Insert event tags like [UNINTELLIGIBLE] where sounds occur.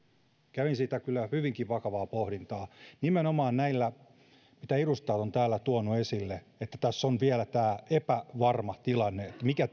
kävin siitä kyllä hyvinkin vakavaa pohdintaa nimenomaan näistä mitä edustajat ovat tuoneet esille että on vielä tämä epävarma tilanne että mikä [UNINTELLIGIBLE]